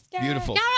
Beautiful